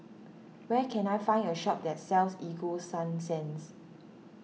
where can I find a shop that sells Ego Sunsense